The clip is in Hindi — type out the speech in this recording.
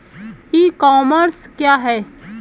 ई कॉमर्स क्या है?